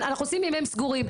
אנחנו עושים ימים סגורים.